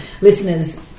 listeners